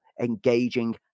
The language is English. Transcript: engaging